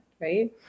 right